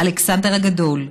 אלכסנדר הגדול,